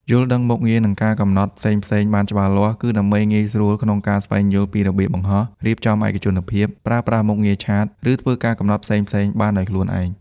យល់ដឹងមុខងារ និងការកំណត់ផ្សេងៗបានច្បាស់លាស់ គឺដើម្បីងាយស្រួលក្នុងការស្វែងយល់ពីរបៀបបង្ហោះ រៀបចំឯកជនភាព ប្រើប្រាស់មុខងារឆាត ឬធ្វើការកំណត់ផ្សេងៗបានដោយខ្លួនឯង។